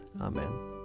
Amen